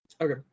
Okay